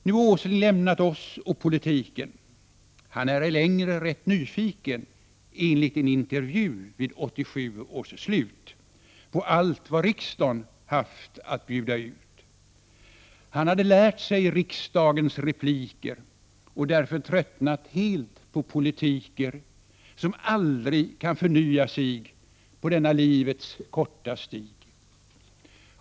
Nu Åsling lämnat oss och politiken: — Han är ej längre rätt nyfiken, enligt en intervju vid 87 års slut, på allt vad riksda”n haft att bjuda ut. Han hade lärt sig riksdagens repliker och därför tröttnat helt på politiker, som aldrig kan förnya sig på denna livets korta stig.